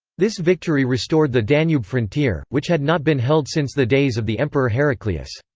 this victory restored the danube frontier, which had not been held since the days of the emperor heraclius.